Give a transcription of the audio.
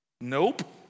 Nope